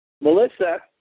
Melissa